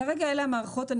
כרגע אלה המערכות.